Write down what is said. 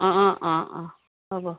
অঁ অঁ অঁ অঁ হ'ব